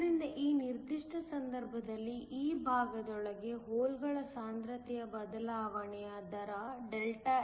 ಆದ್ದರಿಂದ ಈ ನಿರ್ದಿಷ್ಟ ಸಂದರ್ಭದಲ್ಲಿ ಈ ಭಾಗದೊಳಗೆ ಹೋಲ್ಗಳ ಸಾಂದ್ರತೆಯ ಬದಲಾವಣೆಯ ದರ Δx